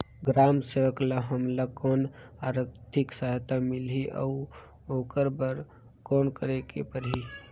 ग्राम सेवक ल हमला कौन आरथिक सहायता मिलही अउ ओकर बर कौन करे के परही?